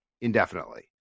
indefinitely